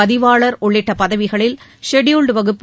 பதிவாளர் உள்ளிட்ட பதவிகளில் ஷெட்யூல்டு வகுப்பு